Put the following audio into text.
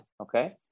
okay